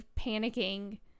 panicking